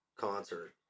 concert